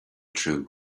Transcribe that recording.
true